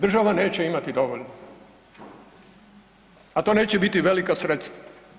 Država neće imati dovoljno, a to neće biti velika sredstva.